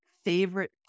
favorite